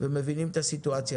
ומבינים את הסיטואציה.